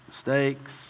Mistakes